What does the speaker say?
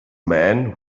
men